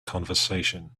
conversation